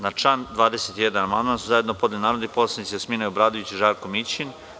Na član 21. amandman su zajedno podneli narodni poslanici Jasmina Obradović i Žarko Mićin.